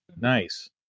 Nice